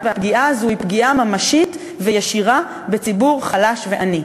והפגיעה הזאת היא פגיעה ממשית וישירה בציבור חלש ועני.